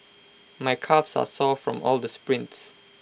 my calves are sore from all the sprints